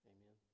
Amen